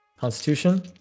Constitution